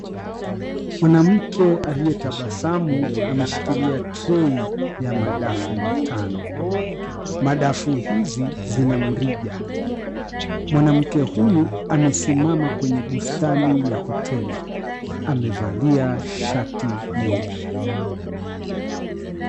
Mwanamke aliyetabasamu ameshikilia trei ya madafu matano, madafu hizi zina mrija. Mwanamke huyu amesimama kwenye bustani ya hoteli. Amevalia shati nyeupe.